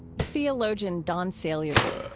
theologian don saliers.